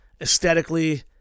Aesthetically